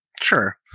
Sure